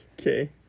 Okay